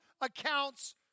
accounts